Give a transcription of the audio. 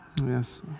Yes